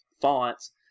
fonts